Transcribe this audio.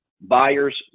buyers